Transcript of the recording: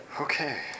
Okay